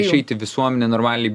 išeit į visuomenę normaliai